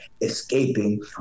escaping